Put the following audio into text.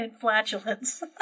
flatulence